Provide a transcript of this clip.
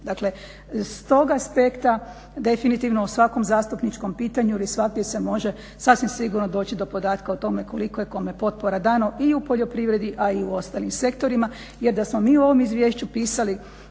Dakle, s tog aspekta definitivno u svakom zastupničkom pitanju ili svagdje gdje se može sasvim sigurno doći do podatka o tome koliko je kome potpora dano i u poljoprivredi, ali i u ostalim sektorima. Jer da smo mi u ovom izvješću pisali